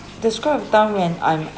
describe a time when I'm